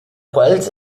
quels